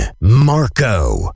Marco